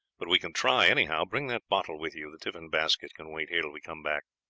but we can try anyhow. bring that bottle with you the tiffin basket can wait here till we come back